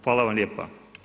Hvala vam lijepa.